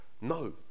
No